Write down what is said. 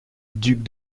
ducs